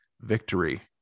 victory